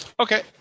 Okay